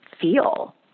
feel